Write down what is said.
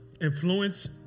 Influence